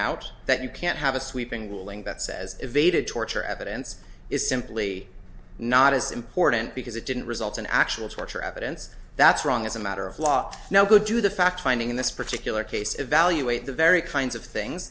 out that you can't have a sweeping ruling that says evaded torture evidence is simply not as important because it didn't result in actual torture evidence that's wrong as a matter of law no good to the fact finding in this particular case evaluate the very kinds of things